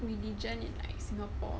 religion in like singapore